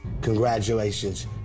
Congratulations